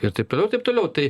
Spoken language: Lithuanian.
ir taip toliau ir taip toliau tai